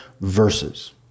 verses